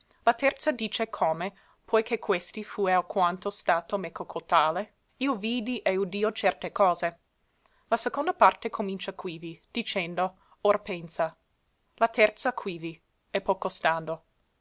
la terza dice come poi che questi fue alquanto stato meco cotale io vidi e udio certe cose la seconda parte comincia quivi dicendo or pensa la terza quivi e poco stando